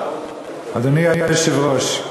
אדוני היושב-ראש,